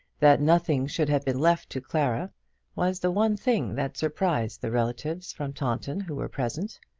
that nothing should have been left to clara was the one thing that surprised the relatives from taunton who were present.